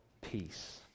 peace